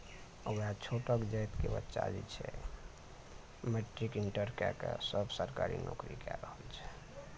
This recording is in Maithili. आ वएह छोटका जाइत के बच्चा जे छै मैट्रिक इन्टर कए कऽ सब सरकारी नौकरी कए रहल छै